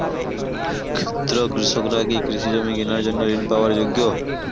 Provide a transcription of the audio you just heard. ক্ষুদ্র কৃষকরা কি কৃষিজমি কিনার জন্য ঋণ পাওয়ার যোগ্য?